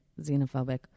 xenophobic